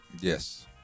Yes